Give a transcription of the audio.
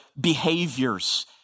behaviors